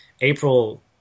April